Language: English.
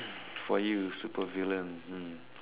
for you supervillain hmm